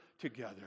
together